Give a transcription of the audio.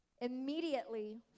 Immediately